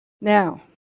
Now